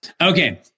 Okay